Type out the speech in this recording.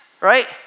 right